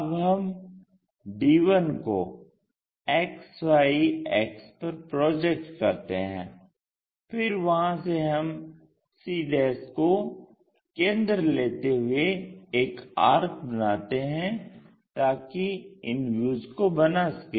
अब हम d1 को XY अक्ष पर प्रोजेक्ट करते हैं फिर वहां से हम c को केंद्र लेते हुए एक आर्क बनाते हैं ताकि इन व्यूज को बना सकें